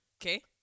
Okay